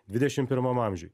dvidešim pirmam amžiuj